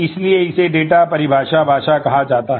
इसलिए इसे डेटा परिभाषा भाषा कहा जाता है